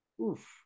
oof